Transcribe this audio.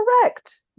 correct